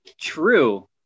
true